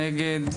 מי נגד?